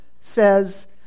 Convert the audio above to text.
says